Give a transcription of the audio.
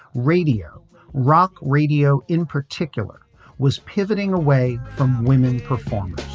radio rock radio in particular was pivoting away from women performers.